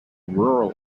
rural